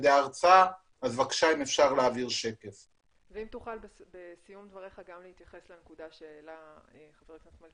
אם תוכל בבקשה בסיום דברי להתייחס גם לנקודה שהעלה חבר הכנסת מיכאל